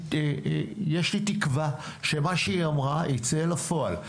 ויש לי תקווה שמה שהיא אמרה יצא אל הפועל.